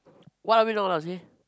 what are we gonna say